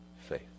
faith